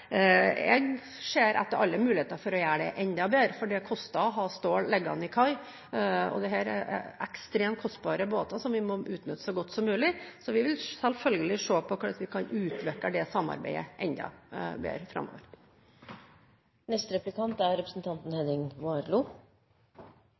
Jeg ser etter alle muligheter for å gjøre det enda bedre, for det koster å ha stål liggende til kai, og dette er ekstremt kostbare båter, som vi må utnytte så godt som mulig. Så vi vil selvfølgelig se på hvordan vi kan utvikle dette samarbeidet enda bedre framover.